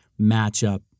matchup